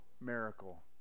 miracle